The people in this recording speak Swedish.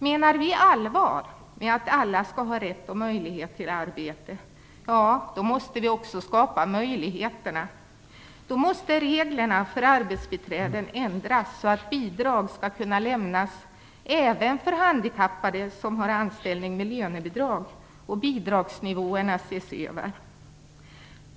Menar vi allvar med att alla skall ha rätt och möjlighet till arbete måste vi också skapa möjligheterna. Då måste reglerna för arbetsbiträden ändras så att bidrag kan lämnas även till handikappade som har anställning med lönebidrag och bidragsnivåerna ses över.